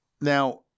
Now